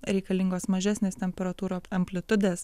reikalingos mažesnės temperatūros amplitudės